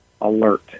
alert